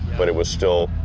but it was still,